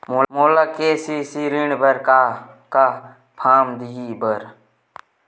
मोला के.सी.सी ऋण बर का का फारम दही बर?